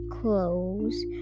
clothes